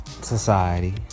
Society